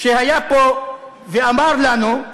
שהיה פה ואמר לנו: